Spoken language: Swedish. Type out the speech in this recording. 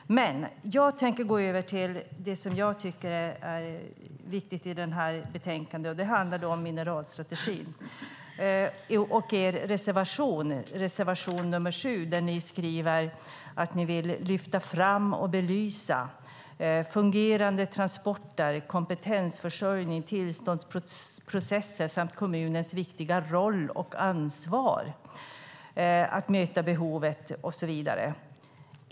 Jag tänker gå över till det som jag tycker är viktigt i betänkandet. Det handlar om mineralstrategin och om er reservation nr 7, där ni skriver att ni vill lyfta fram och belysa fungerande transporter, kompetensförsörjning, tillståndsprocesser samt kommunens viktiga roll och ansvar att möta behovet - och så vidare.